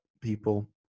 people